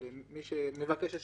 של מבקש השירות,